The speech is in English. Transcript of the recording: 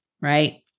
Right